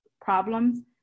problems